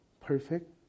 perfect